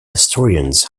historians